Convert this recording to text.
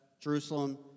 Jerusalem